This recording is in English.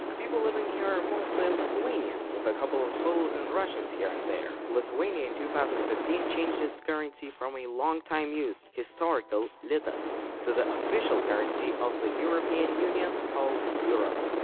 people living here are mostly lithuanian, with a couple of poles and russians here and there lithuania in two thousand and fifteen changed its currency from a long time used, historical litas, to the official currency of the european union called euro.